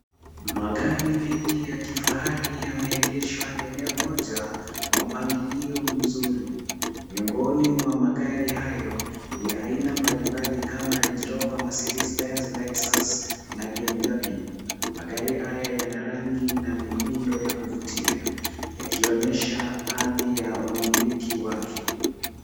Magari mengi ya kifahari yameegeshwa eneo moja kwa mpangilio mzuri. Miongoni mwa magari hayo ni aina mbalimbali kama Range Rover, Mercedes Benz, Lexus na BMW. Magari haya yana rangi na miundo ya kuvutia yakionyesha hadhi ya wamiliki wake.